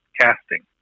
casting